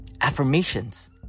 affirmations